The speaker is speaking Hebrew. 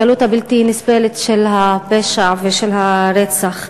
הקלות הבלתי-נסבלת של הפשע ושל הרצח.